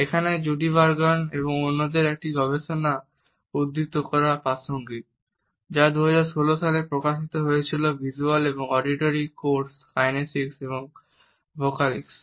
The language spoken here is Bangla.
এখানে জুডি বার্গুন এবং অন্যদের একটি গবেষণা উদ্ধৃত করা প্রাসঙ্গিক যা 2016 সালে প্রকাশিত হয়েছিল ভিজ্যুয়াল এবং অডিটরি কোডস কাইনেসিকস এবং ভোকালিকস